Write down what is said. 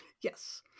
Yes